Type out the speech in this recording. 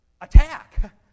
attack